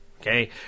Okay